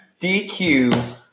DQ